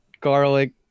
garlic